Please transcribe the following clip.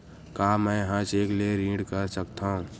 का मैं ह चेक ले ऋण कर सकथव?